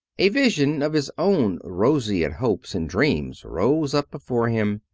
a vision of his own roseate hopes and dreams rose up before him.